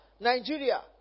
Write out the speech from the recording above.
Nigeria